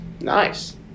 nice